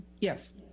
Yes